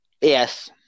Yes